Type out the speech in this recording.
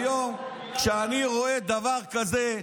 גם היום, כשהפסדתם בבחירות,